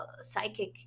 psychic